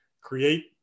create